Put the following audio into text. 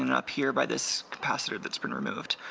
and up here by this capacitor that's been removed.